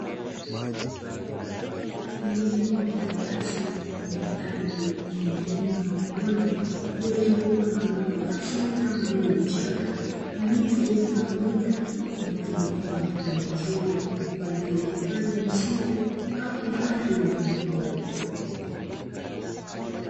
Eneo la wazi lenye ardhi yenye milima na mabonde, iliyozungukwa na uoto wa asili kama vile vichaka, na miti iliyotawanyika na kutengeneza mandhari nzuri kwa ajili ya hifadhi ya misitu, au hifadhi ya wanyamapori.